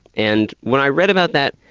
and when i read about that,